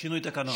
שינוי תקנון.